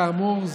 כאמור,